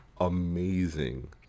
amazing